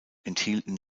enthielten